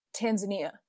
Tanzania